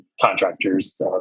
contractors